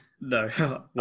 No